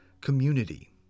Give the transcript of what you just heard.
community